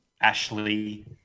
Ashley